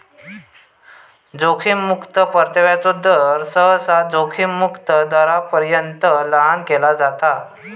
जोखीम मुक्तो परताव्याचो दर, सहसा जोखीम मुक्त दरापर्यंत लहान केला जाता